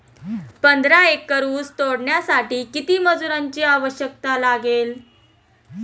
पंधरा एकर ऊस तोडण्यासाठी किती मजुरांची आवश्यकता लागेल?